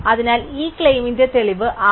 അതിനാൽ ഈ ക്ലെയിമിന്റെ തെളിവ് r